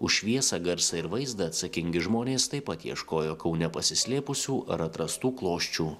už šviesą garsą ir vaizdą atsakingi žmonės taip pat ieškojo kaune pasislėpusių ar atrastų klosčių